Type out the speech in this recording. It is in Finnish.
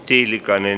tiilikainen